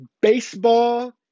baseball